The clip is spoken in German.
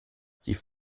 sie